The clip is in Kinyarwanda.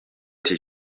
ati